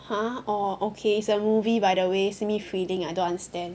!huh! orh okay it's a movie by the way simi feeling I don't understand